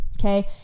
okay